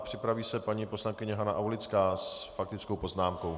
Připraví se paní poslankyně Hana Aulická s faktickou poznámkou.